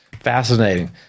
Fascinating